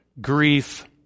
grief